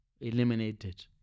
eliminated